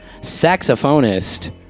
saxophonist